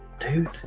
Dude